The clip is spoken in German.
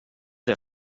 der